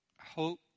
Hope